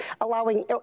allowing